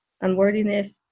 unworthiness